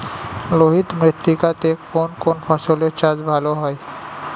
লোহিত মৃত্তিকা তে কোন কোন ফসলের চাষ ভালো হয়?